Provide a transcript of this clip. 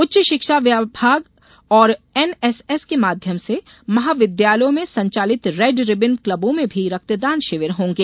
उच्च शिक्षा विभाग और एनएसएस के माध्यम से महाविद्यालयों में संचालित रेड रिबन क्लबों में भी रक्तदान शिविर होंगे